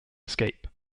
escape